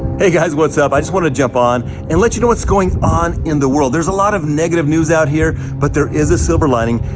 hey, guys, guys, what's up? i just wanna jump on and let you know what's going on in the world. there's a lot of negative news out here, but there is a silver lining.